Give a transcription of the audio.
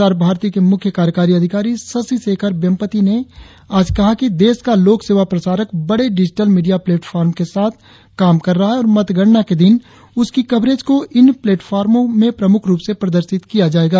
प्रसार भारती के मुख्य कार्यकारी अधिकारी शशि शेखर वेम्पटि ने आज कहा कि देश का लोक सेवा प्रसारक बड़े डिजिटल मीडिया प्लेट फॉर्म के साथ काम कर रहा है और मतगणना के दिन उसकी कवरेज को इन प्लेट फॉर्मों में प्रमुख रुप से प्रदर्शित किया जाएगा